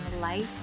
light